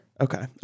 Okay